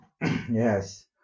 Yes